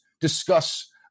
discuss